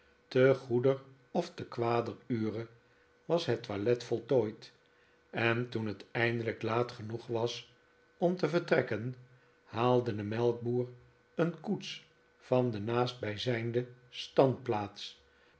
te goeder of te kwader ure was het toilet voltooid en toen het eindelijk laat genoeg was om te vertrekken haalde de melkboer een koets van de naastbijzijnde